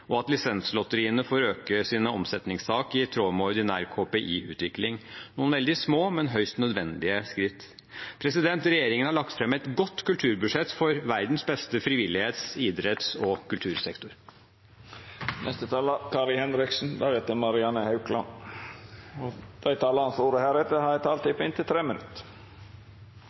og distribusjon av lotterier, og at lisenslotteriene får øke sine omsetningstak i tråd med ordinær KPI-utvikling – noen veldig små, men høyst nødvendige skritt. Regjeringen har lagt fram et godt kulturbudsjett for verdens beste frivillighets-, idretts- og kultursektor. Dei talarane som heretter får ordet, har ei taletid på inntil